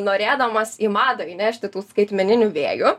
norėdamas į madą įnešti tų skaitmeninių vėjų